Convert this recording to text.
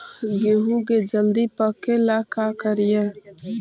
गेहूं के जल्दी पके ल का करियै?